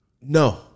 No